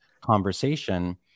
conversation